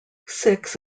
six